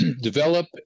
develop